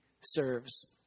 serves